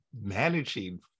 managing